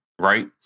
right